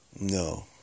No